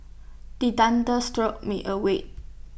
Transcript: the thunders jolt me awake